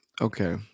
Okay